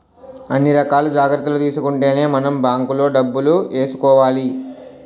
అన్ని రకాల జాగ్రత్తలు తీసుకుంటేనే మనం బాంకులో డబ్బులు ఏసుకోవాలి